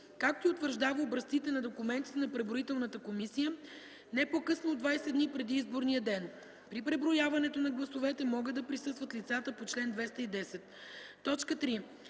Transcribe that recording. както и утвърждава образците на документите на преброителната комисия, не по-късно от 20 дни преди изборния ден; при преброяването на гласовете могат да присъстват лицата по чл. 210; 3.